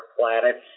planets